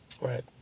Right